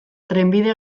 trenbide